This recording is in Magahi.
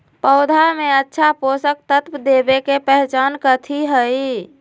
पौधा में अच्छा पोषक तत्व देवे के पहचान कथी हई?